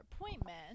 appointment